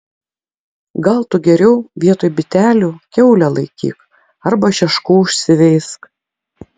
gal tu geriau vietoj bitelių kiaulę laikyk arba šeškų užsiveisk